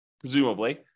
presumably